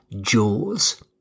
Jaws